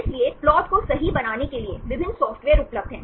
इसलिए प्लॉट को सही बनाने के लिए विभिन्न सॉफ्टवेयर उपलब्ध हैं